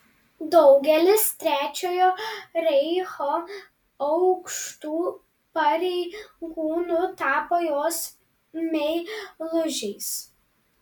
daugelis trečiojo reicho aukštų pareigūnų tapo jos meilužiais